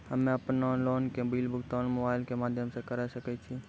हम्मे अपन लोन के बिल भुगतान मोबाइल के माध्यम से करऽ सके छी?